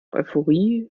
euphorie